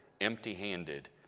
empty-handed